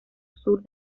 sur